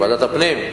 בוועדת הפנים?